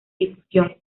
difusión